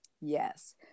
Yes